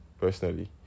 personally